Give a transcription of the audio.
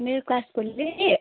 मेरो क्लासकोले